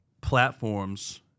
platforms